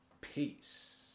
Peace